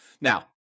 Now